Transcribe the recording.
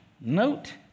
note